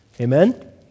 Amen